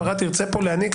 הפרה תרצה פה להיניק.